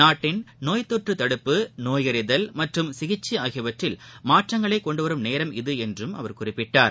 நாட்டின் நோய்த்தொற்றுதடுப்பு நோயறிதல் மற்றும் சிகிச்சைஆகியவற்றில் மாற்றங்களைகொண்டுவரும் நேரம் இது என்றுஅவர் குறிப்பிட்டார்